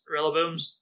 Rillabooms